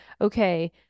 okay